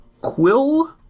Quill